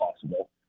possible